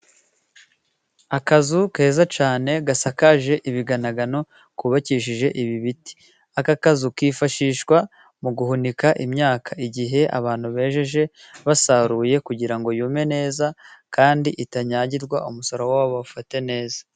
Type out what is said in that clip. Akazu keza cyane gasakaje ibiganagano， kubakishije ibi biti. Aka kazu kifashishwa mu guhunika imyaka， igihe abantu bejeje basaruye， kugira ngo yume neza，kandi itanyagirwa umusaruro wabo bawufate neza.